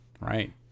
Right